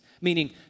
Meaning